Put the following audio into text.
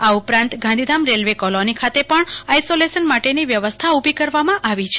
આ ઉપરાંત Gandhidham railway colony ખાતે પણ આઇસોલેશન માટેની વ્યવસ્થા ઉલી કરવામાં આવી છે